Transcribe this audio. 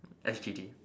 S G D